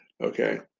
Okay